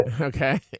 Okay